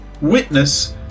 witness